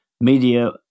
media